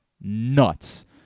nuts